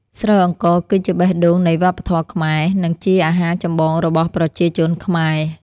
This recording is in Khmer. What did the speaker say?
ស្រូវអង្ករគឺជាបេះដូងនៃវប្បធម៌ខ្មែរ និងជាអាហារចម្បងរបស់ប្រជាជនខ្មែរ។